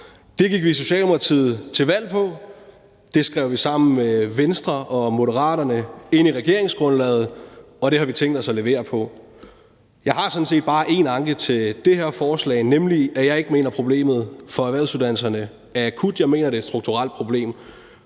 Det gik vi i Socialdemokratiet til valg på. Det skrev vi sammen med Venstre og Moderaterne ind i regeringsgrundlaget, og det har vi tænkt os at levere på. Jeg har sådan set bare én anke til det her forslag, nemlig at jeg ikke mener, at problemet for erhvervsuddannelserne er akut. Jeg mener, det er et strukturelt problem,